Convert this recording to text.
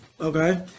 Okay